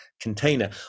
container